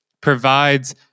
provides